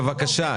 בבקשה,